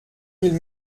mille